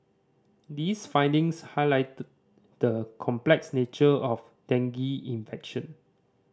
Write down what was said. these findings highlight the the complex nature of dengue infection